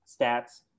stats